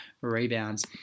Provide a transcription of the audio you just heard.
rebounds